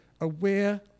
aware